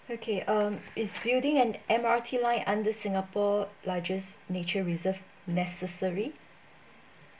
okay um is building an M_R_T line under singapore largest nature reserve necessary